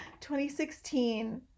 2016